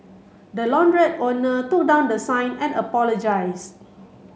the launderette owner took down the sign and apologised